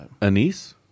anise